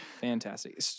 Fantastic